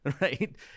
right